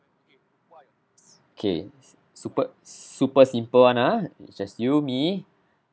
okay super super simple [one] ah just you me